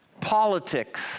politics